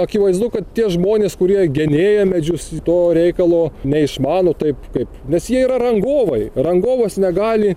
akivaizdu kad tie žmonės kurie genėja medžius to reikalo neišmano taip kaip nes jie yra rangovai rangovas negali